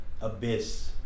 abyss